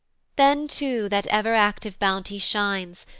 then too that ever active bounty shines,